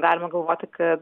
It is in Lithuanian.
galima galvoti kad